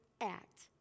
act